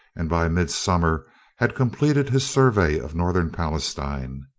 and by midsummer had completed his survey of northern palestine.